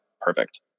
perfect